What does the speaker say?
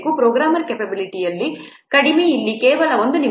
programmer capability ಕಡಿಮೆ ಇಲ್ಲಿ ಕೇವಲ ಒಂದು ನಿಮಿಷ